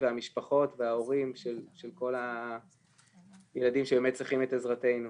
המשפחות וההורים של כל הילדים שבאמת צריכים את עזרתנו.